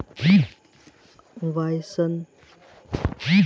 virus एक vector द्वारा प्रेषित या एक घाव के माध्यम से पौधे पर हमला कर रहे हैं